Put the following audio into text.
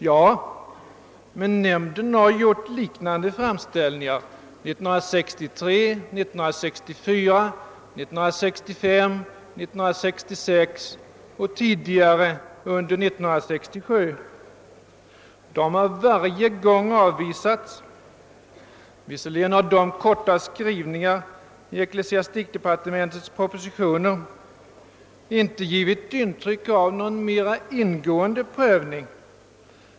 Ja, men nämnden har gjort liknande framställningar 1963, 1964, 1965, 1966 och tidigare under 1967. De har varje gång avvisats, och de korta skrivningarna i ecklesiastikdepartementets propositioner har inte givit intryck av någon mera ingående prövning.